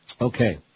Okay